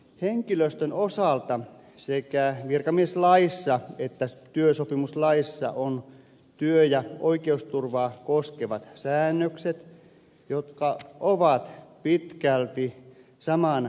henkilöstön osalta sekä virkamieslaissa että työsopimuslaissa on työ ja oikeusturvaa koskevat säännökset jotka ovat pitkälti saman sisältöisiä